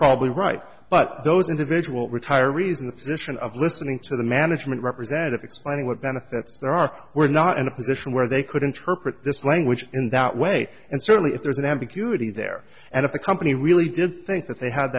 probably right but those individual retire reason the position of listening to them management representative explaining what benefits there are we're not in a position where they could interpret this language in that way and certainly if there's an ambiguity there and if the company really did think that they ha